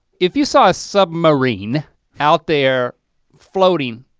if you saw a submarine out there floating,